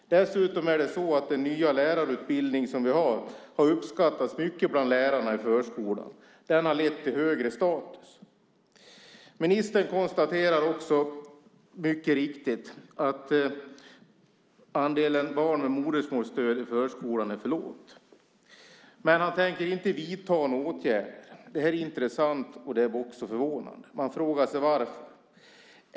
Dessutom har den nya lärarutbildning som vi har uppskattats mycket bland lärarna i förskolan. Den har lett till högre status. Ministern konstaterar också mycket riktigt att andelen barn med modersmålsstöd i förskolan är för lågt, men han tänker inte vidta några åtgärder. Det är intressant, och det är också förvånande. Man frågar sig varför.